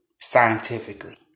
Scientifically